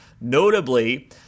notably